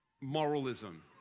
moralism